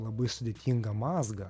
labai sudėtingą mazgą